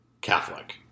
Catholic